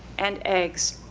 and eggs,